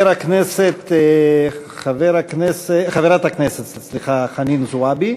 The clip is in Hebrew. חברת הכנסת חנין זועבי,